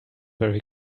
very